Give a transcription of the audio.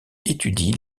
étudie